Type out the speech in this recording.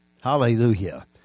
Hallelujah